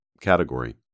category